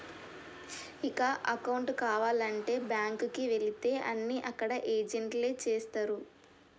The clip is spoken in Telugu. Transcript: ఇక అకౌంటు కావాలంటే బ్యాంకుకి వెళితే అన్నీ అక్కడ ఏజెంట్లే చేస్తరు